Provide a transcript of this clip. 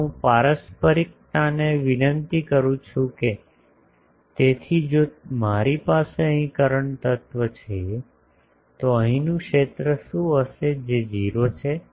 હવે હું પારસ્પરિકતાને વિનંતી કરું છું તેથી જો મારી પાસે અહીં કરંટ તત્વ છે તો અહીંનું ક્ષેત્ર શું હશે જે 0 છે